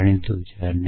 તે જાણતું નથી